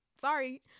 sorry